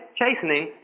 chastening